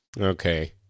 Okay